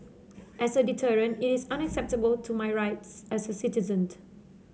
as a deterrent it is unacceptable to my rights as a citizen